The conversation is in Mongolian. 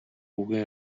үгийн